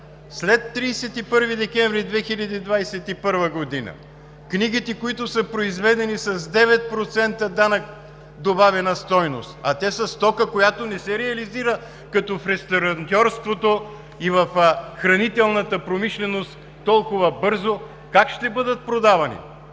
След 31 декември 2021 г. книгите, които са произведени с 9% данък добавена стойност, а те са стока, която не се реализира като в ресторантьорството и в хранителната промишленост толкова бързо, как ще бъдат продавани?